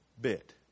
bit